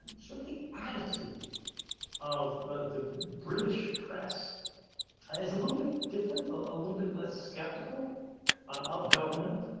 sort of the attitude of the british press is a little bit different a little bit less skeptical of government.